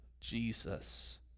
Jesus